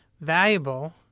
valuable